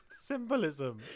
symbolism